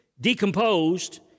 decomposed